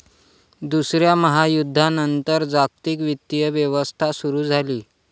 दुसऱ्या महायुद्धानंतर जागतिक वित्तीय व्यवस्था सुरू झाली